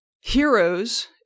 Heroes